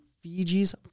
Fiji's